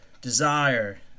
desire